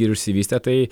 ir išsivystę tai